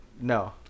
No